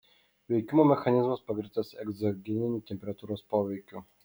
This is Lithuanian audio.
veikimo mechanizmas pagrįstas egzogeniniu temperatūros poveikiu